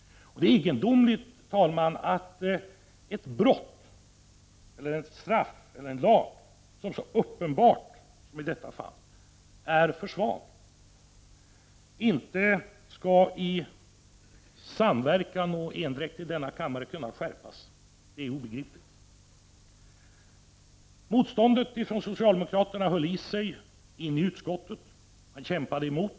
Det är egendomligt att vi i denna kammare inte i endräkt skall kunna komma fram till att det behövs en skärpning av denna lag, som uppenbart är alltför svag. Detta är obegripligt. Motståndet från socialdemokraternas sida höll i sig i utskottet. Man kämpade emot.